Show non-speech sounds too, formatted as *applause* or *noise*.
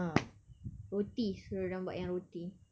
*noise* roti suruh dia orang buat yang roti